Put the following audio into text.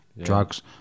drugs